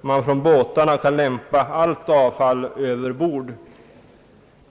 man från båtarna skall lämpa allt avfall över bord.